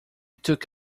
took